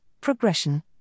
progression